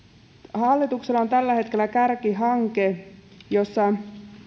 hallituksella on tällä hetkellä kärkihanke jossa